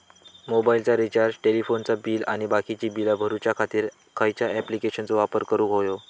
मोबाईलाचा रिचार्ज टेलिफोनाचा बिल आणि बाकीची बिला भरूच्या खातीर खयच्या ॲप्लिकेशनाचो वापर करूक होयो?